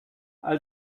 all